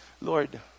Lord